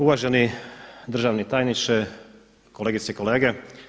Uvaženi državni tajniče, kolegice i kolege.